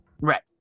Right